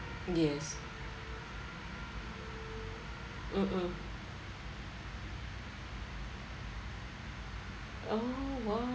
yes mm mm oh !wow!